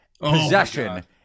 possession